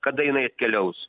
kada jinai atkeliaus